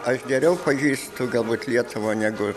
aš geriau pažįstu galbūt lietuvą negu